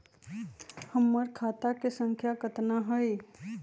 हमर खाता के सांख्या कतना हई?